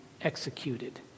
executed